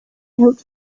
out